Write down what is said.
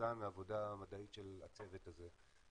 כתוצאה מעבודה מדעית של הצוות הזה.